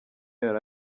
yari